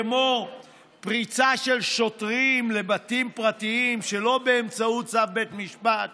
כמו פריצה של שוטרים לבתים פרטיים שלא באמצעות צו בית משפט